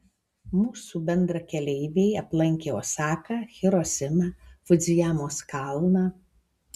mūsų bendrakeleiviai aplankė osaką hirosimą fudzijamos kalną